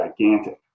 gigantic